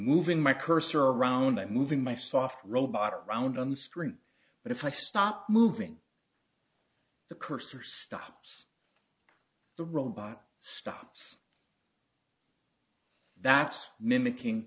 moving my cursor around i'm moving my soft robot around on the screen but if i stop moving the cursor stops the robot stops that's mimicking